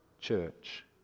church